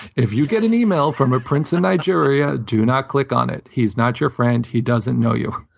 if you get an email from a prince in nigeria, do not click on it. he's not your friend. he doesn't know you.